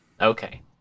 Okay